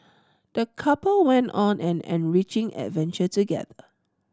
the couple went on an enriching adventure together